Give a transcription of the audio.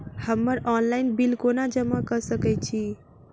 हम्मर online bill कोना जमा कऽ सकय छी?